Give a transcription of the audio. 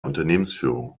unternehmensführung